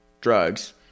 drugs